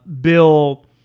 Bill